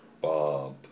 Bob